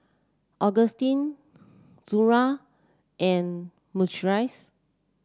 Augustin Zaire and Maurice